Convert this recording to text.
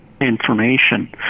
information